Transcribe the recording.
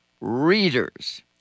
readers